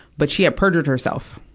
but she had perjured herself.